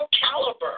caliber